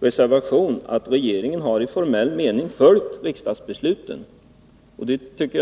reservation att regeringen i formell mening har följt 12 ma j 1982 riksdagens beslut.